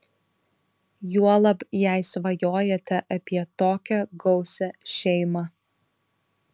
juolab jei svajojate apie tokią gausią šeimą